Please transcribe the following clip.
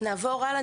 נעבור הלאה.